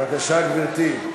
בבקשה, גברתי.